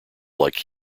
like